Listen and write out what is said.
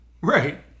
Right